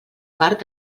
part